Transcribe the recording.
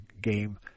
game